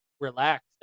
relaxed